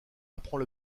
apprend